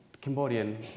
Cambodian